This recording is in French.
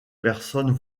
personnes